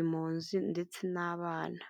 impunzi ndetse n'abana.